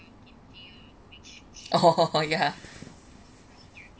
!oho! yeah